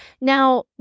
Now